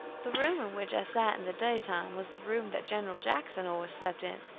the room in which i sat in the daytime was the room that general jackson always slept in,